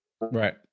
Right